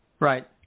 Right